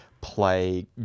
play